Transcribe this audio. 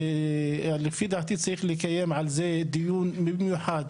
לפי דעתי, צריך לקיים על זה דיון מיוחד